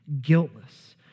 guiltless